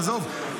עזוב,